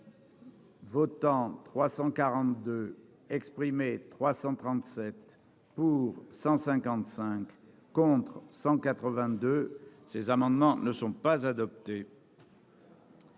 Votants : 342 exprimés 337 pour 155 contre 182 ces amendements ne sont pas adoptés.